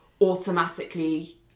automatically